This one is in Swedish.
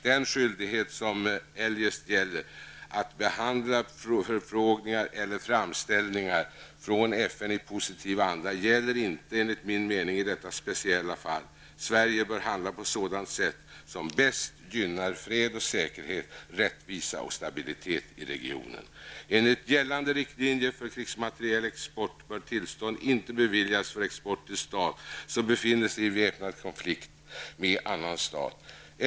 Den skyldighet som eljest föreligger, att behandla förfrågningar eller framställningar från FN i positiv anda, gäller inte enligt min mening i detta speciella fall. Sverige bör handla på sådant sätt som bäst gynnar fred och säkerhet, rättvisa och stabilitet i regionen. Enligt gällande riktlinjer för krigsmaterielexport bör tillstånd inte beviljas för export till stat som befinner sig i väpnad konflikt med annan stat.